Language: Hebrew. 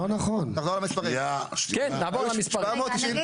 תקריא לנו את